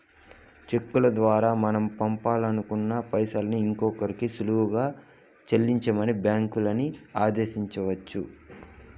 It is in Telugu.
చెక్కుల దోరా మనం పంపాలనుకున్న పైసల్ని ఇంకోరికి సులువుగా సెల్లించమని బ్యాంకులని ఆదేశించొచ్చు